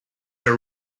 are